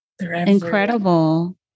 Incredible